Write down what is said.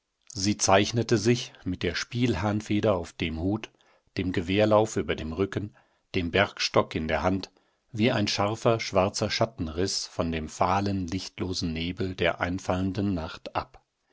sie zeichnete sich mit der spielhahnfeder auf dem hut dem gewehrlauf über dem rücken dem bergstock in der hand wie ein scharfer schwarzer schattenriß von dem fahlen lichtlosen nebel der einfallenden nacht ab